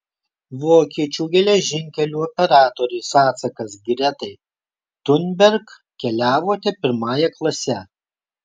vokiečių geležinkelių operatorės atsakas gretai thunberg keliavote pirmąja klase